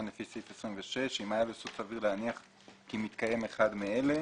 לפי סעיף 26 אם היה לו יסוד סביר להניח כי מתקיים אחד מאלה: